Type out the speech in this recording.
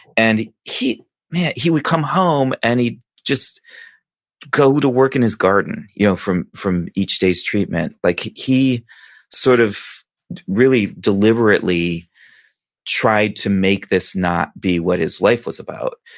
and he yeah he would come home and he just go to work in his garden you know from from each day's treatment. like he he sort of really deliberately tried to make this not be what his life was about.